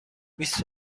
بیست